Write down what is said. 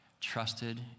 trusted